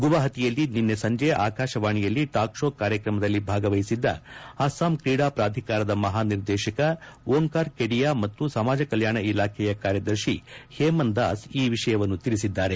ಗುವಾಹಟಿಯಲ್ಲಿ ನಿನ್ನೆ ಸಂಜೆ ಆಕಾಶವಾಣಿಯಲ್ಲಿ ಟಾಕ್ ಶೋ ಕಾರ್ಯಕ್ರಮದಲ್ಲಿ ಭಾಗವಿಸಿದ್ದ ಅಸ್ಪಾಂ ಕ್ರೀಡಾ ಪ್ರಾಧಿಕಾರದ ಮಹಾ ನಿರ್ದೇಶಕ ಓಂಕಾರ್ ಕೆಡಿಯಾ ಮತ್ತು ಸಮಾಜ ಕಲ್ನಾಣ ಇಲಾಖೆಯ ಕಾರ್ಯದರ್ಶಿ ಹೇಮನ್ ದಾಸ್ ಈ ವಿಷಯವನ್ನು ತಿಳಿಸಿದ್ದಾರೆ